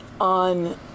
on